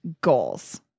goals